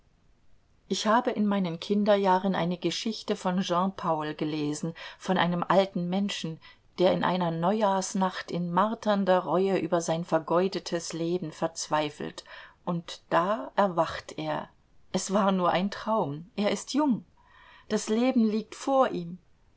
ich habe in meinen kinderjahren eine geschichte von jean paul gelesen von einem alten menschen der in einer neujahrsnacht in marternder reue über sein vergeudetes leben verzweifelt und da erwacht er es war nur ein traum er ist jung das leben liegt vor ihm